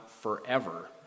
forever